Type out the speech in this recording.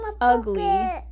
ugly